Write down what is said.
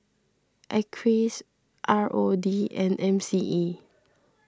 Acres R O D and M C E